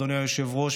אדוני היושב-ראש,